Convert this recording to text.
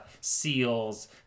seals